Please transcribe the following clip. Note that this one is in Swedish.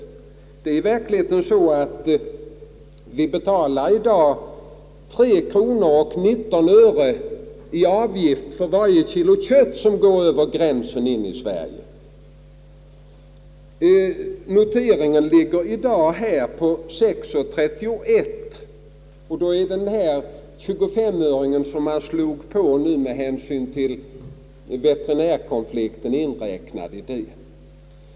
Det betalas i verkligheten i dag 3 kronor och 19 öre i avgift för varje kilo kött som går över gränsen in i Sverige. Den svenska noteringen ligger här i dag på 6:31, och då är den 25 öring som man lade på med hänsyn till veterinärkonflikten inräknad.